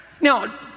Now